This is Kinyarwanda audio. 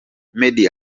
meddy